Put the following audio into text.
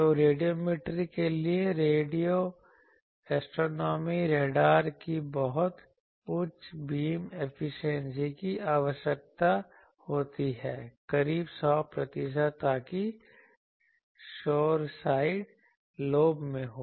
तो रेडियोमेट्री के लिए रेडियो एस्ट्रोनॉमी रडार को बहुत उच्च बीम एफिशिएंसी की आवश्यकता होती है करीब 100 प्रतिशत ताकि शोर साइंड लोब में हो